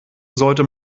sollte